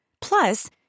Plus